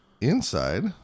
Inside